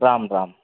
Ram Ram